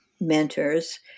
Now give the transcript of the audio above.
mentors